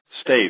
state